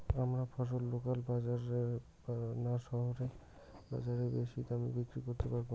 আমরা ফসল লোকাল বাজার না শহরের বাজারে বেশি দামে বিক্রি করতে পারবো?